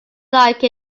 like